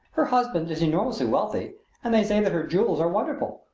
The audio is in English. her husband is enormously wealthy and they say that her jewels are wonderful.